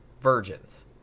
virgins